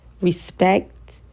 respect